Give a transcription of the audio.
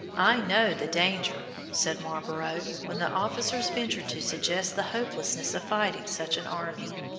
i know the danger, said marlborough, when the officers ventured to suggest the hopelessness of fighting such an army